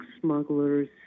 smuggler's